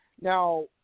now